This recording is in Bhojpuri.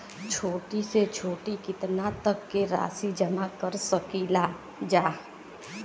छोटी से छोटी कितना तक के राशि जमा कर सकीलाजा?